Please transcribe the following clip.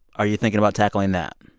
are you thinking about tackling that?